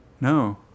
No